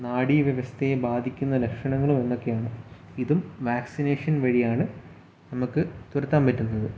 നാഡീ വ്യവസ്ഥയെ ബാധിക്കുന്ന ലക്ഷണങ്ങളുമെന്ന് ഒക്കെയാണ് ഇതും വാക്സിനേഷൻ വഴിയാണ് നമുക്ക് തുരത്താൻ പറ്റുന്നത്